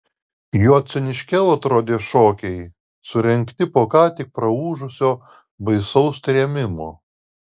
juo ciniškiau atrodė šokiai surengti po ką tik praūžusio baisaus trėmimo